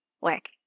work